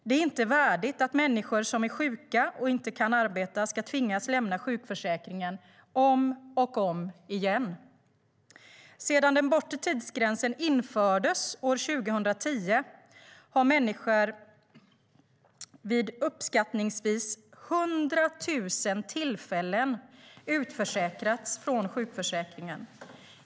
Det är inte värdigt att människor som är sjuka och inte kan arbeta ska tvingas lämna sjukförsäkringen om och om igen. Sedan den bortre tidsgränsen infördes år 2010 har människor vid uppskattningsvis 100 000 tillfällen utförsäkrats från sjukförsäkringen.